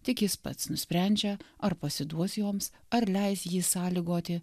tik jis pats nusprendžia ar pasiduos joms ar leis jį sąlygoti